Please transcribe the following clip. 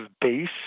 base